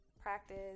practice